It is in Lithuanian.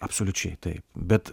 absoliučiai taip bet